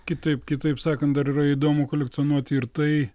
kitaip kitaip sakant dar yra įdomu kolekcionuoti ir tai